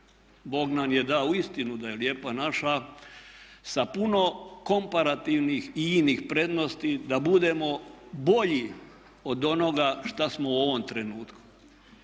Bog nam je dao uistinu da je lijepa naša sa puno komparativnih i inih prednosti da budemo bolji od onoga šta smo u ovom trenutku.